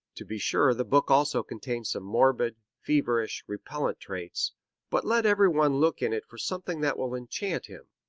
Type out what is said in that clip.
to be sure the book also contains some morbid, feverish, repellant traits but let everyone look in it for something that will enchant him.